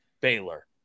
Baylor